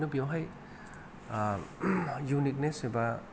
खिनथु बेयावहाय इउनिकनेस एबा